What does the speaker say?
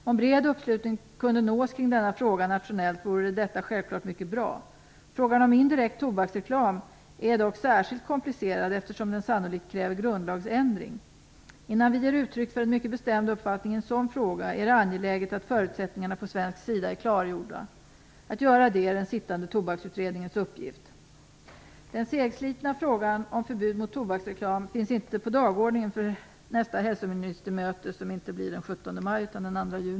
Om bred uppslutning kunde nås kring denna fråga nationellt vore detta självklart mycket bra. Frågan om indirekt tobaksreklam är dock särskilt komplicerad, eftersom den sannolikt kräver grundlagsändring. Innan vi ger uttryck för en mycket bestämd uppfattning i en sådan fråga är det angeläget att förutsättningarna på svensk sida är klargjorda. Att göra det är den sittande tobaksutredningens uppgift. Den segslitna frågan om förbud mot tobaksreklam finns inte på dagordningen för nästa hälsoministermöte den 2 juni, alltså inte den 17 maj.